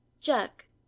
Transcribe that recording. Jack